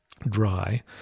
dry